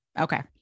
okay